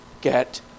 get